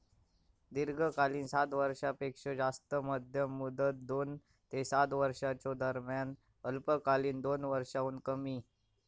दीर्घकालीन सात वर्षांपेक्षो जास्त, मध्यम मुदत दोन ते सात वर्षांच्यो दरम्यान, अल्पकालीन दोन वर्षांहुन कमी